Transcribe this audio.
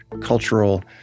cultural